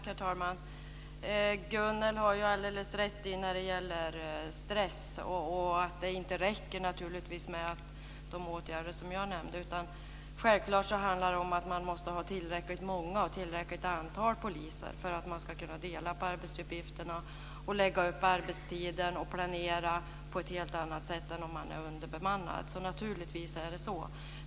Herr talman! Gunnel har alldeles rätt i det här med stressen och att det naturligtvis inte räcker med de åtgärder som jag nämnde. Självklart handlar det om att man måste ha tillräckligt många poliser för att kunna dela på arbetsuppgifterna, lägga upp arbetstiden och planera på ett helt annat sätt än om man är underbemannad. Naturligtvis är det så.